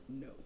No